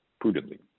prudently